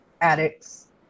addicts